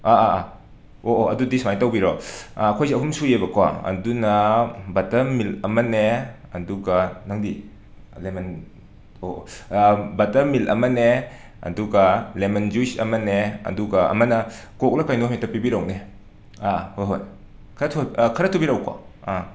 ꯑꯥ ꯑꯥ ꯑꯥ ꯑꯣ ꯑꯣ ꯑꯗꯨꯗꯤ ꯁꯨꯃꯥꯏꯅ ꯇꯧꯕꯤꯔꯣ ꯑꯩꯈꯣꯏꯁꯦ ꯑꯍꯨꯝ ꯁꯨꯏ ꯑꯕꯀꯣ ꯑꯗꯨꯅ ꯕꯇꯔ ꯃꯤꯜꯛ ꯑꯃꯅꯦ ꯑꯗꯨꯒ ꯅꯪꯗꯤ ꯂꯦꯃꯟ ꯑꯣ ꯑꯣ ꯕꯇꯔ ꯃꯤꯜꯛ ꯑꯃꯅꯦ ꯑꯗꯨꯒ ꯂꯦꯃꯟ ꯖꯨꯏꯁ ꯑꯃꯅꯦ ꯑꯗꯨꯒ ꯑꯃꯅ ꯀꯣꯛꯂ ꯀꯩꯅꯣ ꯍꯦꯛꯇ ꯄꯤꯕꯤꯔꯛꯎꯅꯦ ꯑꯥ ꯍꯣꯏ ꯍꯣꯏ ꯈꯔ ꯈꯔ ꯊꯨꯕꯤꯔꯛꯎ ꯀꯣ ꯑꯥ